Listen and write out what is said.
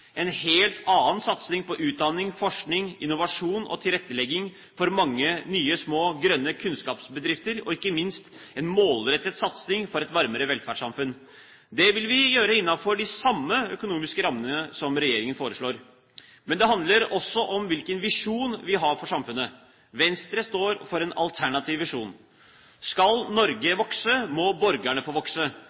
en helt annen satsing på utdanning, forskning, innovasjon og tilrettelegging for mange nye små og grønne kunnskapsbedrifter, og ikke minst en målrettet satsing for et varmere velferdssamfunn. Det vil vi gjøre innenfor de samme økonomiske rammene som regjeringen foreslår. Men det handler også om hvilken visjon vi har for samfunnet. Venstre står for en alternativ visjon. Skal Norge vokse, må borgerne få vokse.